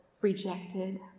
rejected